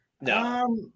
No